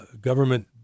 government